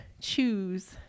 choose